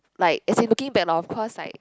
like as in looking it back lor of course like